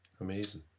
Amazing